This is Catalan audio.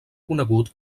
conegut